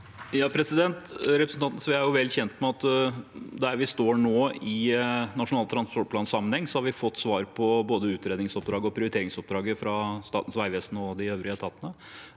Representan- ten Sve er vel kjent med at der vi står nå i Nasjonal transportplan-sammenheng, har vi fått svar på både utredningsoppdrag og prioriteringsoppdraget fra Statens vegvesen og de øvrige etatene.